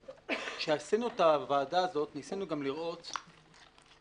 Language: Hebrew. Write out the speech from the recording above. כשעשינו את הוועדה הזאת ניסינו גם לראות איך